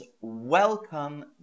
welcome